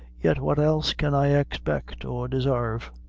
yet what else can i expect or desarve?